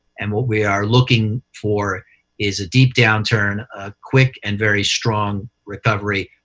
and what we are looking for is a deep downturn, a quick and very strong recovery,